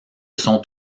sont